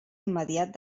immediat